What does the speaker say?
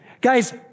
Guys